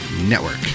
Network